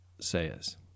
says